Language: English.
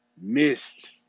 missed